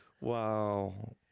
Wow